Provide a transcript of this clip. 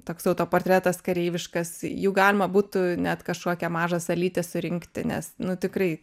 toks autoportretas kareiviškas jau galima būtų net kažkokią mažą salytę surinkti nes nu tikrai